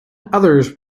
others